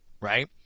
right